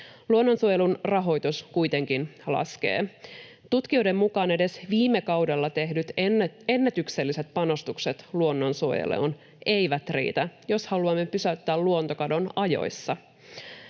Luonnonsuojelun rahoitus kuitenkin laskee. Tutkijoiden mukaan edes viime kaudella tehdyt ennätykselliset panostukset luonnonsuojeluun eivät riitä, jos haluamme pysäyttää luontokadon ajoissa.